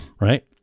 right